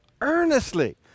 Earnestly